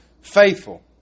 faithful